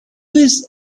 was